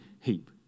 heap